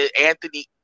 Anthony